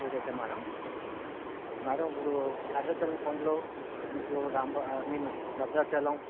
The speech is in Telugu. త్రీ డేసా మ్యాడమ్ మ్యాడమ్ ఇప్పుడు శేషాచలం కొండలు మీకు రాంబ ఐ మీన్ భద్రాచలం